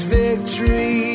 victory